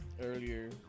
earlier